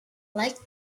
like